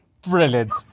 Brilliant